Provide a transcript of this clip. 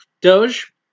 Doge